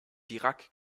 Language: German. dirac